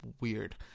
weird